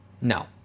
No